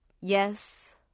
Yes